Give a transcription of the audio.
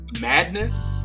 Madness